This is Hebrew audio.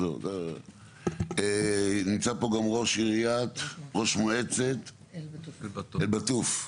נמצא פה גם ראש מועצת אל-בטוף.